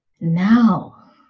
Now